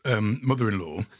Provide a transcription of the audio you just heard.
mother-in-law